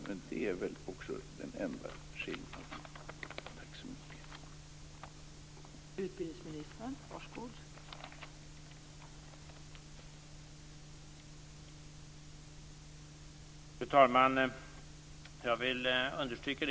Men det är väl också den enda skillnaden mellan oss.